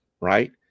right